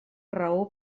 raó